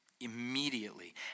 immediately